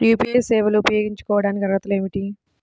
UPI సేవలు ఉపయోగించుకోటానికి అర్హతలు ఏమిటీ?